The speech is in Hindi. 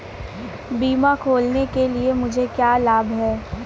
बीमा खोलने के लिए मुझे क्या लाभ मिलते हैं?